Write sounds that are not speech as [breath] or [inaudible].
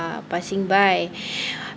uh passing by [breath]